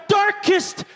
darkest